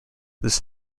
this